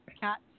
cats